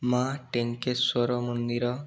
ମା' ଟିଙ୍କେଶ୍ଵର ମନ୍ଦିର